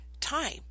time